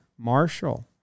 Marshall